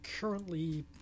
currently